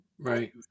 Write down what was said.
Right